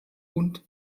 und